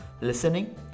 listening